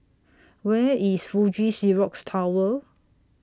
Where IS Fuji Xerox Tower